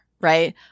Right